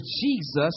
Jesus